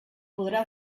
podrà